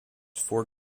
four